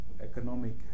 economic